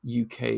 UK